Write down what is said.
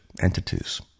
entities